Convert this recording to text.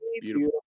Beautiful